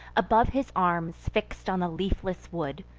above his arms, fix'd on the leafless wood,